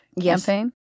campaign